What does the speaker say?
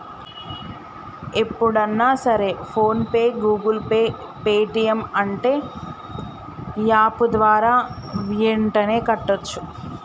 ఎప్పుడన్నా సరే PhonePe Google Pay Paytm అంటే యాప్ ద్వారా యెంటనే కట్టోచ్చు